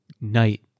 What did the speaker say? night